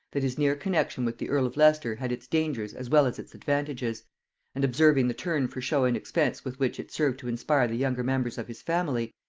that his near connexion with the earl of leicester had its dangers as well as its advantages and observing the turn for show and expense with which it served to inspire the younger members of his family,